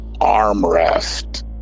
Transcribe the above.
armrest